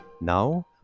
Now